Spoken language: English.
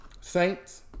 Saints